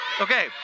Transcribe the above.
Okay